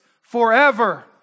forever